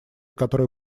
которые